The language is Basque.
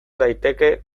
daiteke